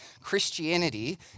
Christianity